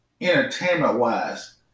entertainment-wise